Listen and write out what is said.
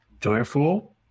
joyful